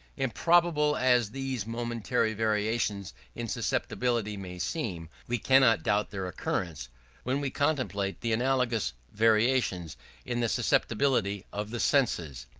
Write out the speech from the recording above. improbable as these momentary variations in susceptibility may seem, we cannot doubt their occurrence when we contemplate the analogous variations in the susceptibility of the senses.